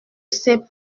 sait